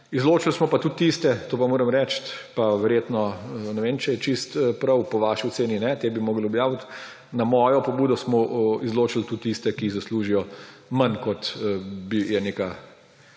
Izločili smo pa tudi tiste, to pa moram reči, pa verjetno ne vem, če je čisto prav, po vaši oceni ne, te bi morali objaviti, na mojo pobudo smo izločili tudi tiste, ki zaslužijo manj, kot je neka